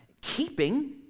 Keeping